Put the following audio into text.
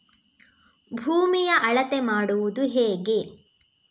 ಭೂಮಿಯ ಅಳತೆ ಮಾಡುವುದು ಹೇಗೆ?